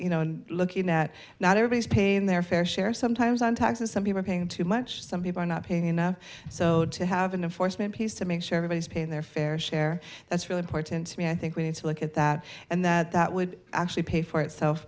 you know looking at not everybody's paying their fair share sometimes on taxes some people are paying too much some people are not paying enough so to have an a foresman piece to make sure everybody's paying their fair share that's really important to me i think we need to look at that and that that would actually pay for itself